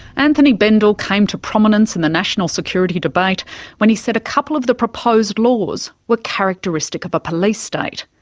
anthony bendall came to prominence in the national security debate when he said a couple of the proposed laws were characteristic of a police state.